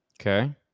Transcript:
Okay